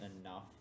enough